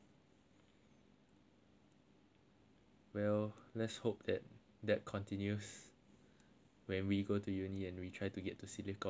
well let's hope that continues when we go to uni and we try to get to silicon valley